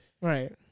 right